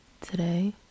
today